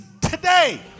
today